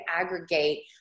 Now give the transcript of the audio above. aggregate